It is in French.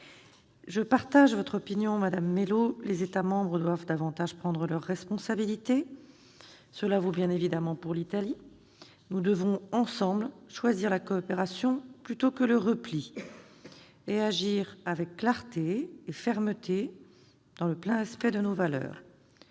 Je partage votre opinion, madame Mélot, les États membres doivent davantage prendre leurs responsabilités. Cela vaut bien évidemment pour l'Italie. Nous devons ensemble choisir la coopération plutôt que le repli et agir avec clarté et fermeté, dans le plein respect de nos valeurs.